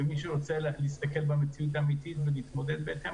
ומי שרוצה להסתכל במציאות האמיתית ולהתמודד בהתאם,